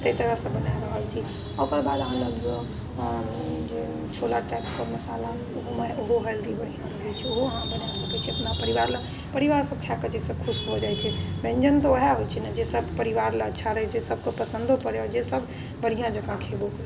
ताहि तरहसँ बना रहल छी ओकर बाद अहाँ लग जे छोला टाइपके मसालामे ओहो हेल्दी बढ़िआँ रहै छै ओहो अहाँ बना सकै छी अपना परिवारलए परिवारसब खाकऽ जइसे खुश भऽ जाइ छै व्यञ्जन तऽ वएह होइ छै ने जे सब परिवारलए अच्छा रहै छै सबके पसन्दो पड़ै आओर जे सब बढ़िआँ जकाँ खएबो करै